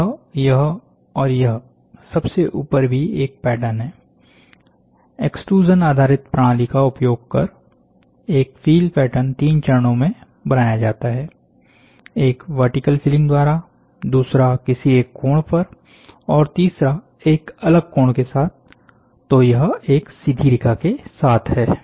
यहयह और यह सबसे ऊपर भी एक पैटर्न है एक्सट्रूज़न आधारित प्रणाली का उपयोग कर एक फील पैटर्न तीन चरणों में बनाया जाता है एक वर्टीकल फिलिंग द्वारा दूसरा किसी एक कोण पर और तीसरा एक अलग कोण के साथ तो यह एक सीधी रेखा के साथ है